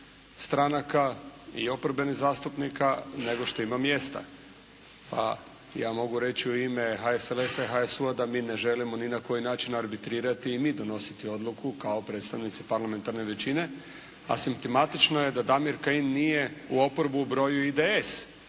stranaka i oporbenih zastupnika nego što ima mjesta, a ja mogu reći u ime HSLS-a i HSU-a da mi ne želimo ni na koji način arbitrirati ni donositi odluku kao predstavnici parlamentarne većine, a simptomatično je da Damir Kajin nije u oporbu ubrojio IDS,